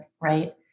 right